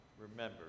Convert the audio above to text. remember